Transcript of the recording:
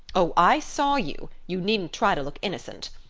oh, i saw you! you needn't try to look innocent.